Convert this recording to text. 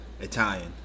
Italian